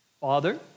father